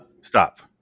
Stop